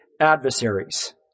adversaries